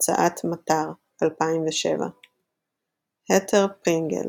הוצאת "מטר", 2007. התר פרינגל